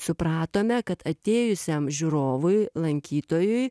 supratome kad atėjusiam žiūrovui lankytojui